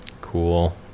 Cool